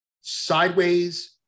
Sideways